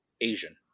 asian